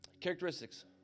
Characteristics